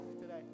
today